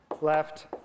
left